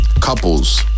couples